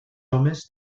homes